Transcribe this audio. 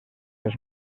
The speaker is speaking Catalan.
els